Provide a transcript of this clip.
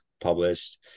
published